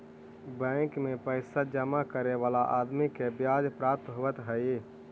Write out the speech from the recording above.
bank में पैसा जमा करे वाला आदमी के ब्याज प्राप्त होवऽ हई